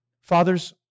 Fathers